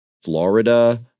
Florida